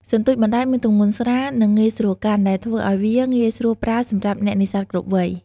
សន្ទូចបណ្ដែតមានទម្ងន់ស្រាល និងងាយស្រួលកាន់ ដែលធ្វើឲ្យវាងាយស្រួលប្រើសម្រាប់អ្នកនេសាទគ្រប់វ័យ។